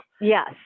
Yes